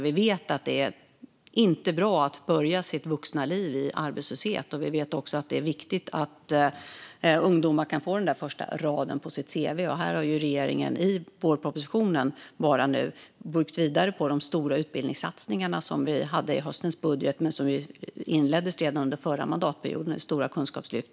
Vi vet att det inte är bra att börja sitt vuxna liv i arbetslöshet. Vi vet också att det är viktigt att ungdomar kan få den där första raden på sitt cv. Här har regeringen i vårpropositionen byggt vidare på de stora utbildningssatsningar som vi hade i höstens budget men som inleddes redan under förra mandatperioden. Det handlar om det stora Kunskapslyftet.